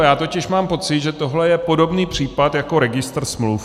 Já totiž mám pocit, že tohle je podobný případ jako registr smluv.